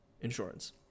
insurance